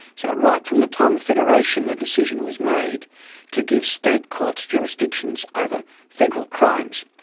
so right from the time of federation, the decision was made to give state courts jurisdictions over federal crimes.